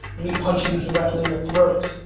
me punching you directly in the throat.